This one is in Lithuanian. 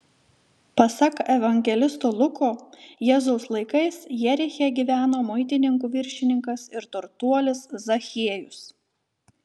pasak evangelisto luko jėzaus laikais jeriche gyveno muitininkų viršininkas ir turtuolis zachiejus